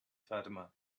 fatima